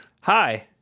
Hi